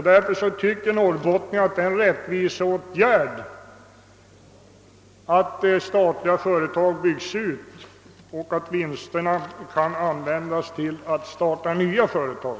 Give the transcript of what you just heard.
Därför tycker norrbottningarna att det är en rättviseåtgärd att statliga företag byggs ut och att vinsterna används även till att starta nya företag.